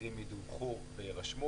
שמקרים ידווחו ויירשמו